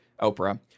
Oprah